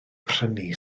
prynu